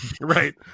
right